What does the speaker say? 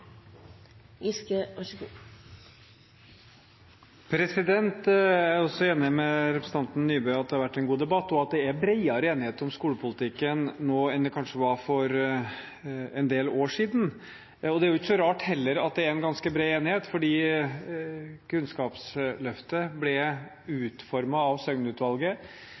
Nybø i at det har vært en god debatt, og at det er bredere enighet om skolepolitikken nå enn det kanskje var for en del år siden. Det er heller ikke så rart at det er en ganske bred enighet, for Kunnskapsløftet ble utformet av